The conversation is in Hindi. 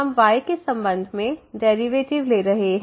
हम y के संबंध में डेरिवेटिव ले रहे हैं